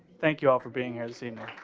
thank you all for being here and seeing